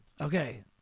Okay